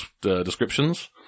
descriptions